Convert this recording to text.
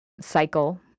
cycle